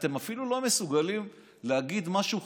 אתם אפילו לא מסוגלים להגיד משהו חיובי,